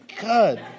Good